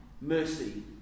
mercy